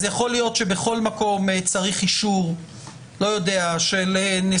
יכול להיות שבכל מקום צריך אישור של נשיא